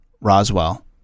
roswell